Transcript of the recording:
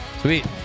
Sweet